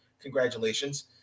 Congratulations